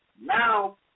Now